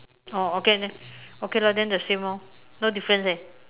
oh okay then okay lah then the same lor no difference eh